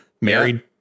Married